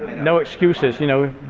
no excuses. you know,